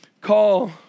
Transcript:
call